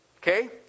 Okay